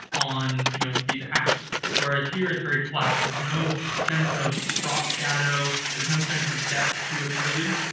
on, you know, these apps, whereas here it's very flat. there's no sense of drop shadow. there's no sense of depth to it really.